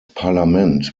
parlament